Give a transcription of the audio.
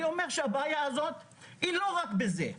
אני אומר הבעיה הזו היא לא רק בזה,